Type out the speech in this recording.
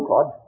God